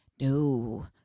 No